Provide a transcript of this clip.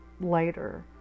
later